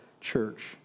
church